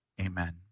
Amen